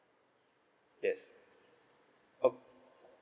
yes ok~